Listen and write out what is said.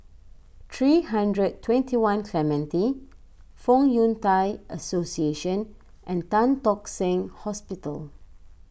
three hundred twenty one Clementi Fong Yun Thai Association and Tan Tock Seng Hospital